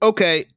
Okay